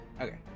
Okay